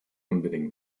unbedingt